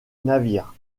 navire